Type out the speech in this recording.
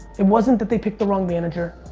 it wasn't that they picked the wrong manger.